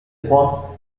froid